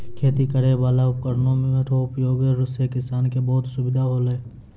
खेती करै वाला उपकरण रो उपयोग से किसान के बहुत सुबिधा होलै